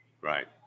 Right